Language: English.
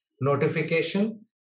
notification